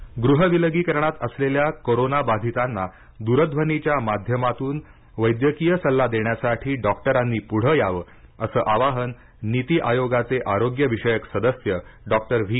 Paul गृह विलगी करणात असलेल्या कोरोना बाधितांना द्रध्वनीच्या माध्यमातून वैद्यकीय सल्ला देण्यासाठी डॉक्टरांनी पुढे यावं असं आवाहन नीती आयोगाचे आरोग्य विषयक सदस्य डॉक्टर व्ही